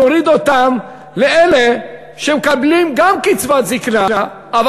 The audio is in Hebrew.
נוריד אותן גם לאלה שמקבלים קצבת זיקנה אבל